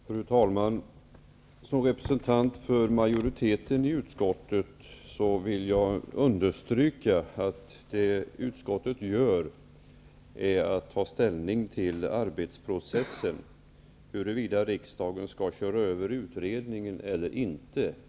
Fru talman! Såsom representant för majoriteten i utskottet vill jag understryka att det som utskottet gör är att ta ställning till arbetsprocessen. Betänkandet som vi behandlar i dag handlar om huruvida riksdagen skall köra över utredningen eller inte.